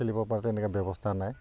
খেলিব পাৰা তেনেকৈ ব্যৱস্থা নাই